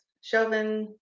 Chauvin